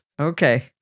Okay